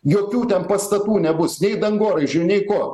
jokių ten pastatų nebus nei dangoraižių nei ko